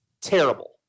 terrible